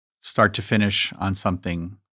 start-to-finish-on-something